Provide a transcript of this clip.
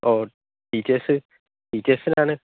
ഓ teachers ടീച്ചേഴ്സിനാണ്